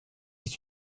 est